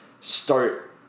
start